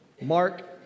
Mark